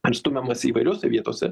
ir stumiamasi įvairiose vietose